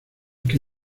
que